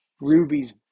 Ruby's